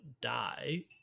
die